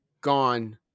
gone